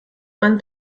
man